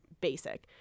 basic